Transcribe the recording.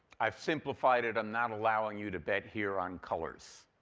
i've simplified it. i'm not allowing you to bet here on colors.